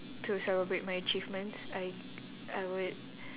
to celebrate my achievements I I would